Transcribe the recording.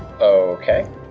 Okay